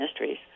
mysteries